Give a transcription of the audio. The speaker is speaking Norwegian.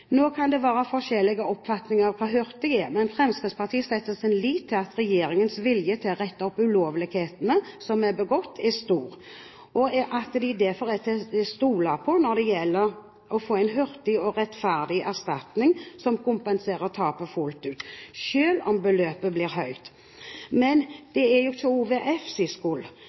Nå kan det være forskjellig oppfatning av hva som er hurtig, men Fremskrittspartiet setter sin lit til at regjeringens vilje til å rette opp ulovlighetene som er begått, er stor, og at regjeringen derfor er til å stole på når det gjelder å få en hurtig og rettferdig erstatning som kompenserer tapet fullt ut – selv om beløpet blir høyt. Men det er ikke